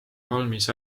valmis